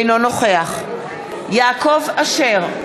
אינו נוכח יעקב אשר,